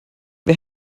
wer